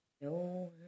No